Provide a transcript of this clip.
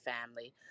family